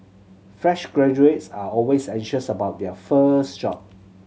fresh graduates are always anxious about their first job